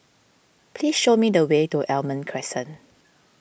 please show me the way to Almond Crescent